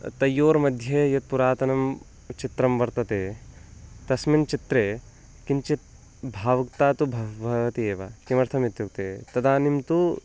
तयोर्मध्ये यत्पुरातनं चित्रं वर्तते तस्मिन् चित्रे किञ्चित् भावुकता तु भवति एव किमर्थमित्युक्ते तदानीं तु